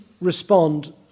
respond